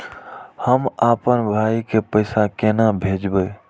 हम आपन भाई के पैसा केना भेजबे?